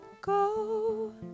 Go